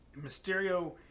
Mysterio